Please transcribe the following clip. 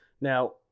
now